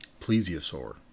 plesiosaur